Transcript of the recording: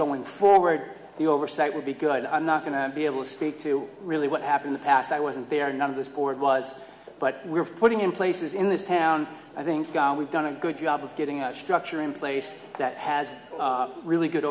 going forward the oversight will be good i'm not going to be able to speak to really what happened the past i wasn't there none of this board was but we're putting in places in this town i think we've done a good job of getting that structure in place that has really good